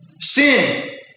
sin